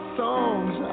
songs